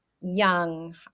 young